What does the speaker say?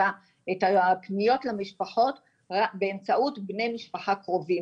הקניות למשפחות באמצעות בני משפחה קרובים.